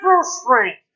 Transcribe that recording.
strength